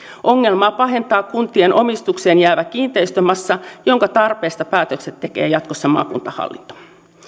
ongelmaa pahentaa kuntien omistukseen jäävä kiinteistömassa jonka tarpeesta päätökset tekee jatkossa maakuntahallinto